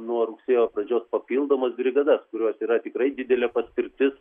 nuo rugsėjo pradžios papildomas brigadas kurios yra tikrai didelė paspirtis